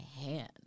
hand